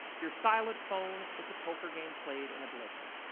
your silent phone is a poker game played in a blizzard.